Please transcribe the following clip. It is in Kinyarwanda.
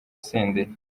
senderi